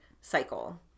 cycle